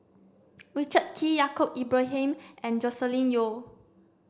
Richard Kee Yaacob Ibrahim and Joscelin Yeo